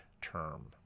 term